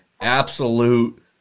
Absolute